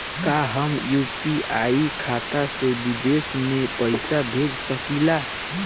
का हम यू.पी.आई खाता से विदेश म पईसा भेज सकिला?